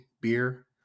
beer